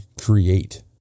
create